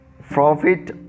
profit